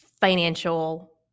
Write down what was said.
financial